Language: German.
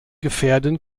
gefährden